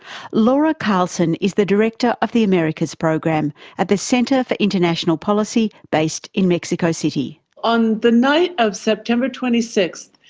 laura carlsen is the director of the americas program at the centre for international policy based in mexico city. on the night of september twenty six,